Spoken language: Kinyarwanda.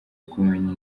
kumenya